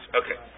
okay